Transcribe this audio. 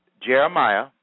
Jeremiah